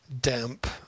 damp